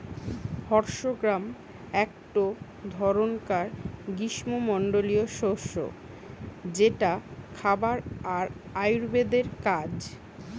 horse gram একটো ধরণকার গ্রীস্মমন্ডলীয় শস্য যেটা খাবার আর আয়ুর্বেদের কাজ